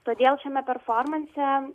todėl šiame performanse